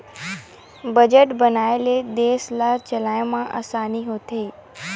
budget बनाए ले देस ल चलाए म असानी होथे